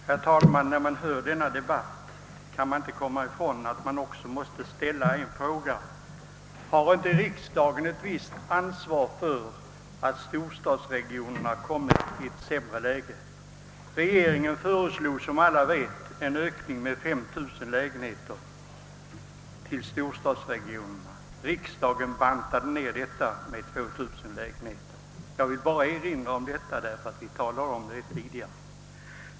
Herr talman! När man lyssnar till denna debatt kan man inte underlåta att ställa frågan: Har inte riksdagen ett visst ansvar för att storstadsregionerna kommit i ett sämre läge? Regeringen föreslog som alla vet en ökning av bostadsbyggandet med 5000 lägenheter i storstadsregionerna. Riksdagen bantade ned med 2 000 lägenheter. Jag vill bara erinra om detta därför att vi talat om det tidigare.